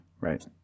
Right